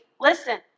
listen